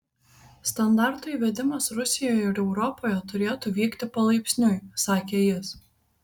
standartų įvedimas rusijoje ir europoje turėtų vykti palaipsniui sakė jis